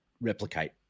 replicate